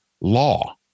law